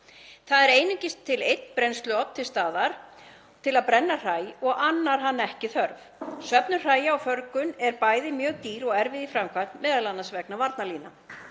Það er einungis einn brennsluofn til staðar til að brenna hræ og annar hann ekki þörf. Söfnun hræja og förgun er bæði mjög dýr og erfið í framkvæmd, m.a. vegna varnarlína.